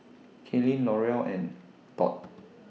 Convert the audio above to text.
Kathlene Laurel and Tod